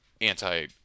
anti